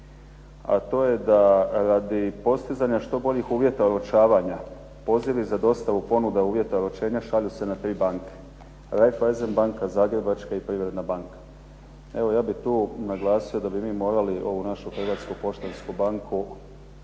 a to je da radi postizanja što boljih uvjeta oročavanja, pozivi za dostavu ponuda uvjeta oročenja šalju se na tri banke. Reiffeisen banka, Privredna i Zagrebačka banka. Evo ja bih tu naglasio da bi mi morali ovu našu Hrvatsku poštansku banku